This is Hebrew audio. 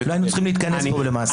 לא היינו צריכים להתכנס פה למעשה.